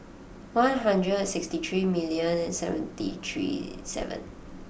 one hundred and sixty three million and seventy three seven